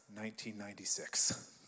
1996